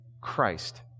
Christ